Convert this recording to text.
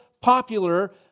popular